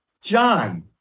John